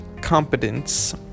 competence